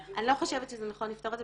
--- אני לא חושבת שזה נכון לפתור את זה